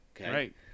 Right